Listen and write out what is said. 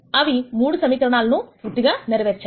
అవి 3 సమీకరణాలను పూర్తిగా నెరవేర్చాయి